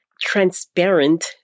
transparent